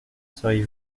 seriez